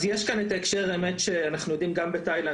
אז יש כאן את ההקשר שאנחנו יודעים שגם בתאילנד